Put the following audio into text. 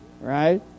right